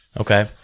Okay